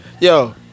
Yo